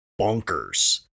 bonkers